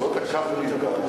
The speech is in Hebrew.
דיברתי בנימוס, אבל לא תקפתי את,